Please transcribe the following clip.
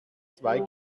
zwei